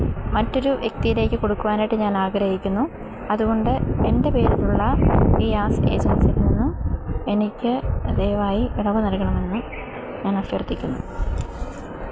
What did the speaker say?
മറ്റൊരു വ്യക്തിയിലേക്ക് കൊടുക്കുവാനായിട്ട് ഞാൻ ആഗ്രഹിക്കുന്നു അതു കൊണ്ട് എൻ്റെ പേരിലുള്ള ഈ ഗ്യാസ് ഏജൻസിയിൽ നിന്നും എനിക്ക് ദയവായി ഇളവ് നൽകണമെന്ന് ഞാൻ അഭ്യര്ത്ഥിക്കുന്നു